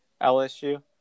LSU